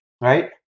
right